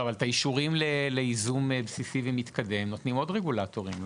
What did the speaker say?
אבל את האישורים לייזום בסיסי ומתקדם נותנים עוד רגולטורים,